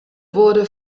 wurde